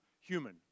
human